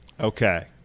okay